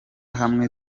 hamwe